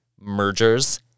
Mergers